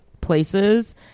places